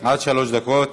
עד שלוש דקות.